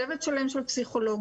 צוות שלם של פסיכולוגים,